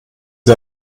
sie